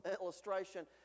illustration